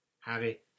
Harry